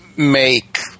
make